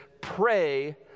pray